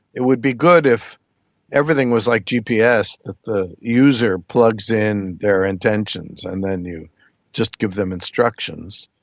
it would be good if everything was like gps, that the user plugs in their intentions and then you just give them instructions.